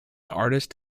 artist